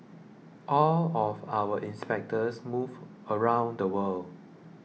all of our inspectors move around the world